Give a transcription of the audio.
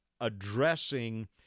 addressing